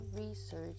research